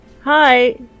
Hi